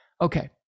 Okay